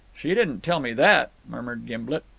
she didn't tell me that, murmured gimblet.